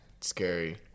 scary